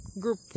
group